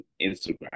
Instagram